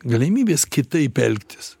galimybės kitaip elgtis